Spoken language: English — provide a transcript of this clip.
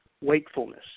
wakefulness